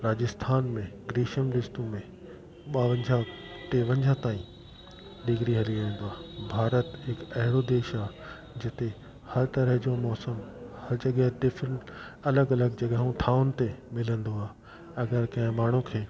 राजस्थान में ग्रीष्म ऋतु में ॿावंजाहु टेवंजाहु ताईं डिग्री हली वेंदो आहे भारत हिकु अहिड़ो देश आहे जिते हर तरह जो मौसम हर जॻहि डिफ्रेंट अलॻि अलॻि जॻहियुनि ठहनि ते मिलंदो आहे अगरि कंहिं माण्हू खे